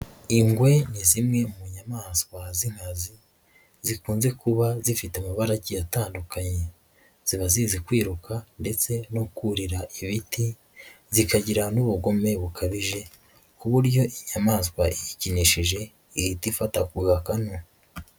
Ingwe ni zimwe mu nyamaswa z'inkazi, zikunze kuba zifite amabara agiye atandukanye, ziba zizi kwiruka ndetse no kurira ibiti, zikagira n'ubugome bukabije ku buryo inyamaswa iyikinishije ihita ifata ku gakanu.